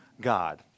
God